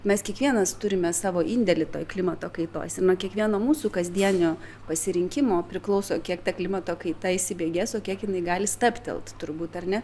mes kiekvienas turime savo indėlį toj klimato kaitos nuo kiekvieno mūsų kasdieninio pasirinkimo priklauso kiek ta klimato kaita įsibėgės o kiek jinai gali stabtelt turbūt ar ne